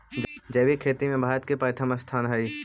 जैविक खेती में भारत के प्रथम स्थान हई